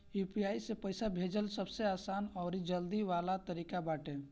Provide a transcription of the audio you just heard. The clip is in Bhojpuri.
यू.पी.आई से पईसा भेजल सबसे आसान अउरी जल्दी वाला तरीका बाटे